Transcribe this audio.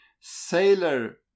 sailor